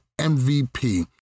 MVP